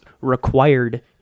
required